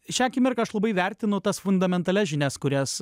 šią akimirką aš labai vertinu tas fundamentalias žinias kurias